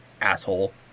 asshole